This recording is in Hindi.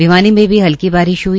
भिवानी में भी हल्की बारिश ह्ई